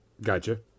Gotcha